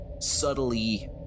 subtly